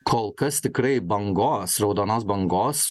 kol kas tikrai bangos raudonos bangos